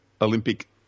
Olympic